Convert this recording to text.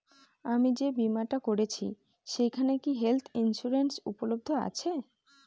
আমি যে বীমাটা করছি সেইখানে কি হেল্থ ইন্সুরেন্স উপলব্ধ আছে?